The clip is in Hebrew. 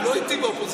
הם לא איתי באופוזיציה.